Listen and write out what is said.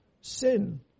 sin